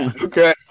Okay